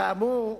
כאמור,